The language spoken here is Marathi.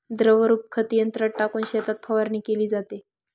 द्रवरूप खत यंत्रात टाकून शेतात फवारणी केली जाते